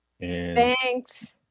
Thanks